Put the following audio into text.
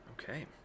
Okay